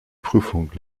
prüfung